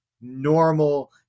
normal